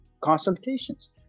consultations